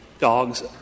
Dogs